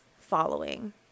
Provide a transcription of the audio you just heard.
following